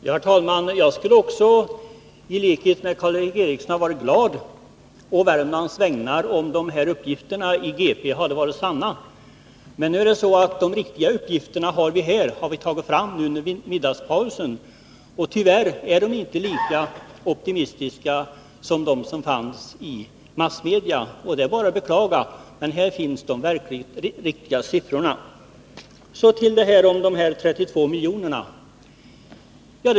Herr talman! Jag skulle också i likhet med Karl Erik Eriksson ha varit glad å Värmlands vägnar om uppgifterna i GP hade varit sanna. Nu är det emellertid så att vi har tagit fram de riktiga uppgifterna under middagspausen, så de finns här. Tyvärr är de inte lika optimistiska som de uppgifter som fanns i massmedia. Här finns i alla fall de riktiga siffrorna. Så till de 32 miljonerna.